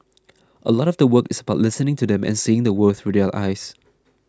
a lot of the work is about listening to them and seeing the world through their eyes